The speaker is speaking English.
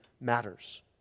matters